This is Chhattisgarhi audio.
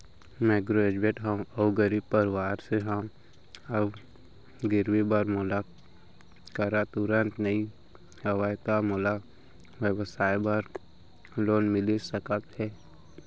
मैं ग्रेजुएट हव अऊ गरीब परवार से हव अऊ गिरवी बर मोर करा तुरंत नहीं हवय त मोला व्यवसाय बर लोन मिलिस सकथे?